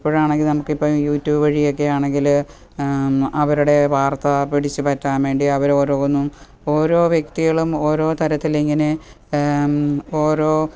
ഇപ്പഴാണെങ്കില് നമുക്കിപ്പോള് YouTube വഴിയൊക്കെയാണെങ്കില് അവരുടെ വാർത്താ പിടിച്ചു പറ്റാന് വേണ്ടി അവരോരോന്നും ഓരോ വ്യക്തികളും ഓരോ തരത്തിലിങ്ങനെ ഓരോ